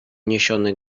niesiony